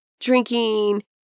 drinking